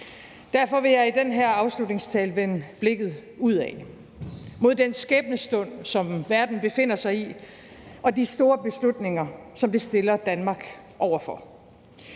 Derfor vil jeg i den her afslutningstale vende blikket udad mod den skæbnestund, som verden befinder sig i, og de store beslutninger, som det stiller Danmark over for.